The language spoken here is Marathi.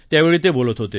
त्यावेळी ते बोलत होते